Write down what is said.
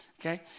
okay